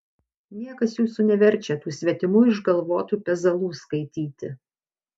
niekas jūsų neverčia tų svetimų išgalvotų pezalų skaityti